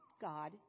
God